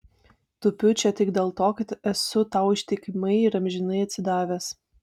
tupiu čia tik dėl to kad esu tau ištikimai ir amžinai atsidavęs